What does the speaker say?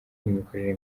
n’imikorere